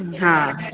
हा